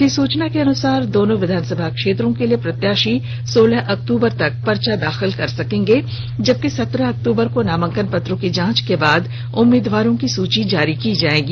अधिसूचना के अनुसार दोनों विधानसभा क्षेत्रों के लिए प्रत्याशी सोलह अक्टूबर तक पर्चा दाखिल कर सकेंगे जबकि सत्रह अक्टूबर को नामांकन पत्रों की जांच के बाद उम्मीदवारों की सूची जारी की जाएगी